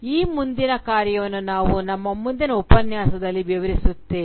ಈ ಮುಂದಿನ ಕಾರ್ಯವನ್ನು ನಾವು ನಮ್ಮ ಮುಂದಿನ ಉಪನ್ಯಾಸದಲ್ಲಿ ವಿವರಿಸುತ್ತೇವೆ